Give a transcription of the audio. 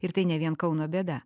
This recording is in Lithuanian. ir tai ne vien kauno bėda